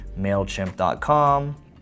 mailchimp.com